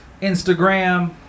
Instagram